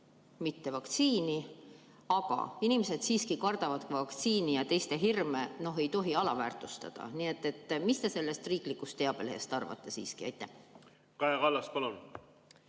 mitte vaktsiini, aga inimesed siiski kardavad vaktsiini ja neid hirme ei tohi alavääristada. Nii et mis te sellest riiklikust teabelehest siiski arvate? Kaja Kallas, palun!